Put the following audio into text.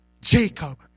Jacob